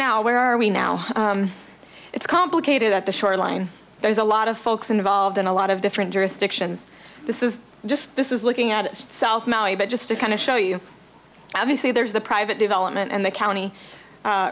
now where are we now it's complicated at the shoreline there's a lot of folks involved in a lot of different jurisdictions this is just this is looking at south maui but just to kind of show you obviously there's the private development and the county